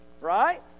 right